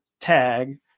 tag